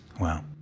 Wow